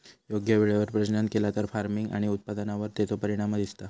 योग्य वेळेवर प्रजनन केला तर फार्मिग आणि उत्पादनावर तेचो परिणाम दिसता